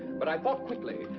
but i thought quickly,